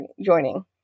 joining